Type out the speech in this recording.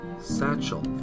satchel